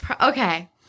okay